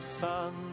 sun